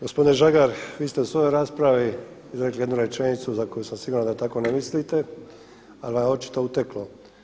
Gospodine Žagar, vi ste u svojoj raspravi izrekli jednu rečenicu za koju sam siguran da tako ne mislite, ali vam je očito uteklo.